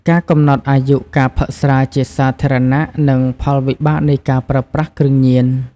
ការកំណត់អាយុ ការផឹកស្រាជាសាធារណៈ និងផលវិបាកនៃការប្រើប្រាស់គ្រឿងញៀន។